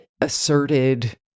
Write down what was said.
asserted